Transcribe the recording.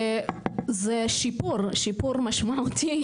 זה שיפור משמעותי,